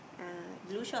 ah okay